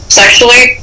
sexually